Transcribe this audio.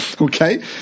Okay